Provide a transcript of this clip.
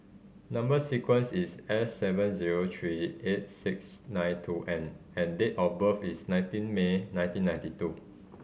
number sequence is S seven zero three eight six nine two N and date of birth is nineteen May nineteen ninety two